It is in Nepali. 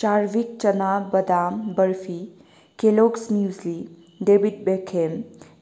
चार्भिक चना बदाम बर्फी केलोग्स मुसली डेभिड बेक्हम